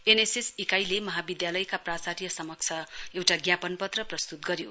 NSS इकाईले महाविधालयका प्राचार्यसमक्ष एउटा ज्ञापन पत्र प्रस्तुत गर्यो